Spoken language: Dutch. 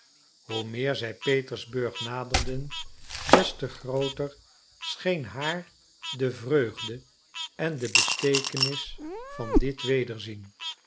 hoe meer zij petersburg naderden des te grooter scheen haar de vreugde en de beteekenis van dit wederzien